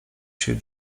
się